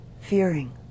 fearing